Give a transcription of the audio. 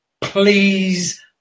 Please